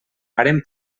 vàrem